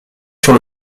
sur